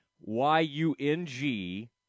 Y-U-N-G